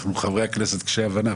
אנחנו חברי הכנסת קשיי הבנה.